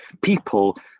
people